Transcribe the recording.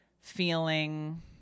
feeling